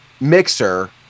mixer